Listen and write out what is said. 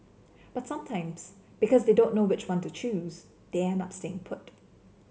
but sometimes because they don't know which one to choose they end up staying put